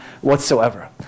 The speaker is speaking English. whatsoever